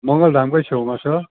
मङ्गलधामकै छेउमा छ